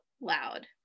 loud